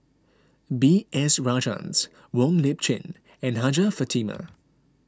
B S Rajhans Wong Lip Chin and Hajjah Fatimah